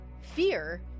fear